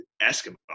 Escobar